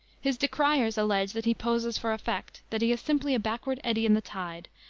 his decriers allege that he poses for effect that he is simply a backward eddy in the tide,